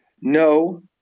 no